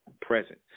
present